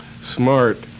smart